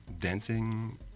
dancing